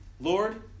Lord